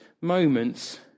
moments